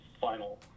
final